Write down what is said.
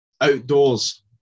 Outdoors